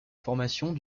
formations